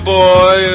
boy